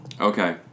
Okay